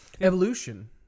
Evolution